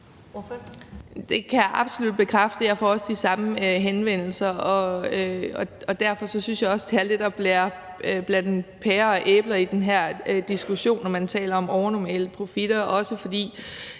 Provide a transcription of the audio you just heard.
Det kan jeg absolut bekræfte, og jeg får også de samme henvendelser, og derfor synes jeg også, det er lidt at blande pærer og æbler sammen i den her diskussion, når man taler om overnormale profitter. Det kan